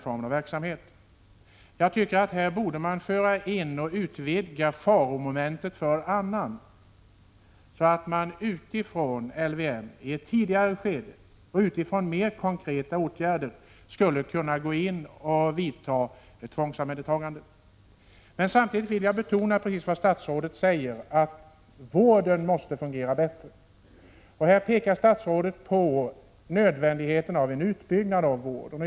Det som kallas faromoment för annan borde i detta sammanhang utvidgas, så att det blev möjligt att, med utgångspunkt i LVM, gå in tidigare än nu och vidta mer konkreta åtgärder, som kunde leda till tvångsomhändertagande. Samtidigt vill jag betona vad statsrådet säger, nämligen att vården måste fungera bättre. Statsrådet pekar på nödvändigheten av en utbyggnad av vården.